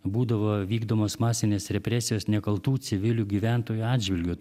būdavo vykdomos masinės represijos nekaltų civilių gyventojų atžvilgiu